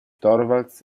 torvalds